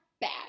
bad